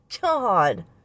God